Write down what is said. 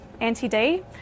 anti-D